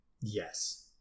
Yes